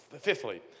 Fifthly